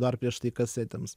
dar prieš tai kasetėms